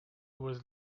was